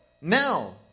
now